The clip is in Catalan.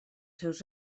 seus